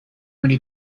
many